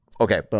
Okay